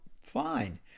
fine